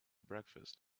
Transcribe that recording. breakfast